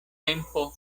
tempo